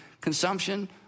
consumption